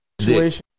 situation